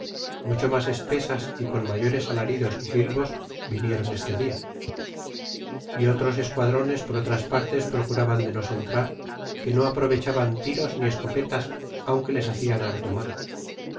mucho mas espesas y con mayores alaridos y silvos vinieron este dia y otros esquadrones por otras partes procuraban de nos entrar que no aprovechaban tiros ni escopetas aunque les hacian harto mal